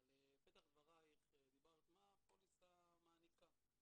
בפתח דברייך דיברת מה הפוליסה מעניקה.